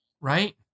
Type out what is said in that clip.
right